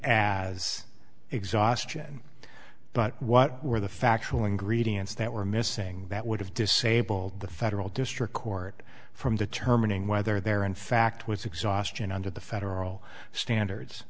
as exhaustion but what were the factual ingredients that were missing that would have disabled the federal district court from determining whether there in fact was exhaustion under the federal standard